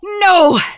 No